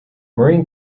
marine